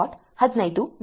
15